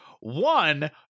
One